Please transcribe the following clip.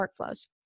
workflows